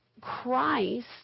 Christ